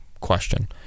question